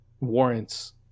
warrants